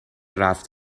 رفت